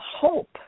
hope